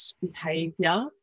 behavior